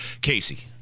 Casey